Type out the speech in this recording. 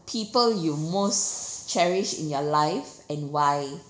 people you most cherished in your life and why